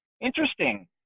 interesting